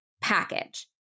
package